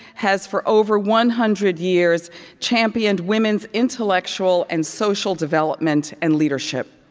has for over one hundred years championed women's intellectual and social development and leadership.